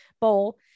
bowl